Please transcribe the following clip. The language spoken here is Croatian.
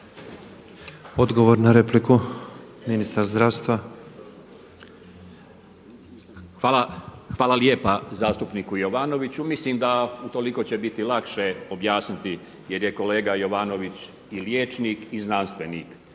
Odgovor na repliku, ministar zdravstva. **Kujundžić, Milan (HDZ)** Hvala lijepa zastupniku Jovanoviću. Mislim da utoliko će biti lakše objasniti jer je kolega Jovanović i liječnik i znanstvenik